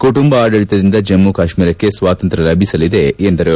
ಕುಟುಂಬ ಆಡಳಿತದಿಂದ ಜಮ್ಮ ಕಾಶ್ಮೀರಕ್ಕೆ ಸ್ವಾತಂತ್ರ್ಯ ಲಭಿಸಲಿದೆ ಎಂದರು